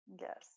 yes